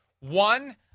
One